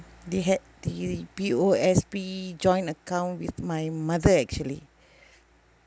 they had the P_O_S_B joint account with my mother actually